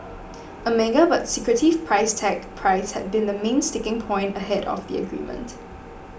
a mega but secretive price tag price had been the main sticking point ahead of the agreement